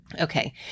Okay